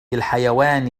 الحيوان